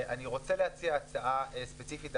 אני רוצה להציע הצעה ספציפית,